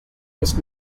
vest